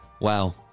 Wow